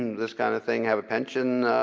this kind of thing. have a pension